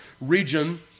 region